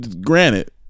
Granted